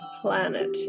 planet